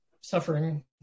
suffering